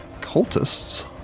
cultists